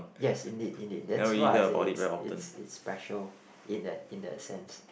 yes indeed indeed that's why I said it's it's it's special in that in that sense